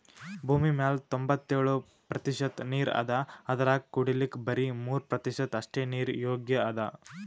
ಭೂಮಿಮ್ಯಾಲ್ ತೊಂಬತ್ತೆಳ್ ಪ್ರತಿಷತ್ ನೀರ್ ಅದಾ ಅದ್ರಾಗ ಕುಡಿಲಿಕ್ಕ್ ಬರಿ ಮೂರ್ ಪ್ರತಿಷತ್ ಅಷ್ಟೆ ನೀರ್ ಯೋಗ್ಯ್ ಅದಾ